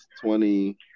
Twenty